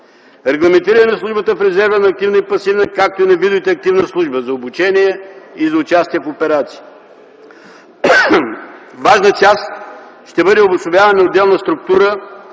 регламентиране на службата в резерва на активна и пасивна, както и на видовете активна служба – за обучение и за участие в операции; - важна част, ще бъде обособяване на отделна структура